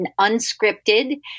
unscripted